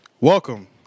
Welcome